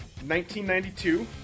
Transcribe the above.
1992